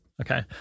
Okay